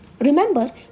Remember